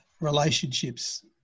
Relationships